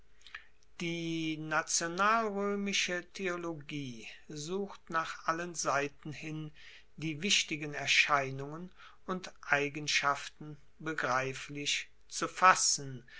die nationalroemische theologie sucht nach allen seiten hin die wichtigen erscheinungen und eigenschaften begreiflich zu fassen